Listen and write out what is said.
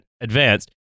advanced